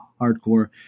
hardcore